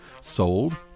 sold